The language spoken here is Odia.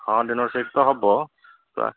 ହଁ ଡିନର୍ ସେଇଠି ତ ହେବ ତୁ ଆ